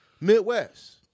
Midwest